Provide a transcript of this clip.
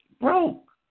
broke